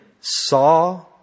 saw